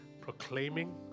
proclaiming